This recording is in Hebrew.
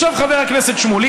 חבר הכנסת שמולי,